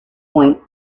point